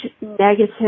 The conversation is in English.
negative